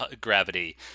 Gravity